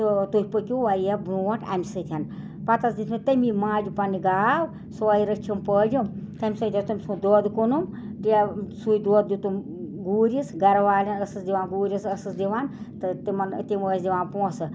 تہٕ تۄہہِ پٔکِو وارِیاہ برونٹھ سۭتۍ پتہٕ حظ دِژ مےٚ تٔمی ماجہِ پنٛنہِ گاو سوے رٔچھٕمۍ پٲجٕم تَمہِ سۭتۍ حظ تٔمۍ سُنٛد دۄد کٕنُم یا سوے دۄد دیتُم گوٗرِس گَرٕ والٮ۪ن ٲسٕس دِوان گوٗرِس ٲسٕس دِوان تہٕ تِمن تِم ٲسۍ دِوان پۄنٛسہٕ